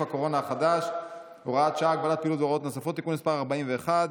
הקורונה החדש (הוראת שעה) (הגבלת פעילות והוראות נוספות) (תיקון מס' 41),